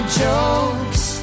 jokes